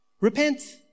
repent